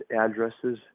addresses